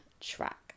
track